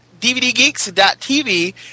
dvdgeeks.tv